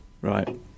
Right